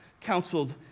counseled